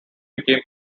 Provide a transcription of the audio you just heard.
became